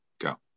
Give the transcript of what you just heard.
Go